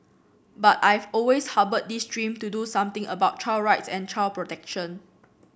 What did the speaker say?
but I've always harboured this dream to do something about child rights and child protection